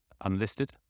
unlisted